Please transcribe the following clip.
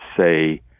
say